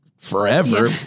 forever